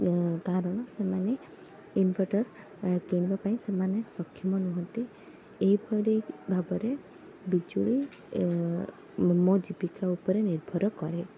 କାରଣ ସେମାନେ ଇନଭଟର କିଣିବା ପାଇଁ ସେମାନେ ସକ୍ଷମ ନୁହଁନ୍ତି ଏଇପରି ଭାବରେ ବିଜୁଳି ମୋ ଜୀବିକା ଉପରେ ନିର୍ଭର କରେ